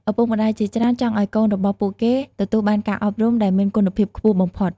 ឪពុកម្តាយជាច្រើនចង់ឱ្យកូនរបស់ពួកគេទទួលបានការអប់រំដែលមានគុណភាពខ្ពស់បំផុត។